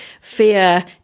fear